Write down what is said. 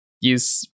use